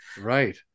right